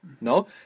No